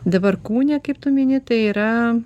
dabar kūne kaip tu mini tai yra